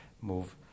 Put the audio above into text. move